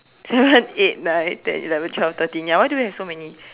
seven eight nine ten eleven twelve thirteen ya why do we have so many